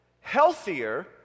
healthier